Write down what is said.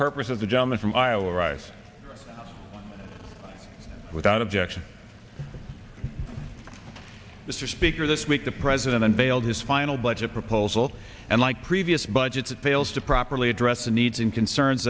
purpose of the gentleman from iowa ross without objection mr speaker this week the president unveiled his final budget proposal and like previous budgets it fails to properly address the needs and concerns